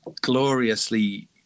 gloriously